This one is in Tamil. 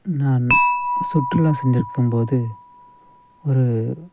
நான் சுற்றுலா சென்றிருக்கும் போது ஒரு